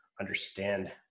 understand